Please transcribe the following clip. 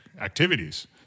activities